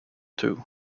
two